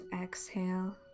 exhale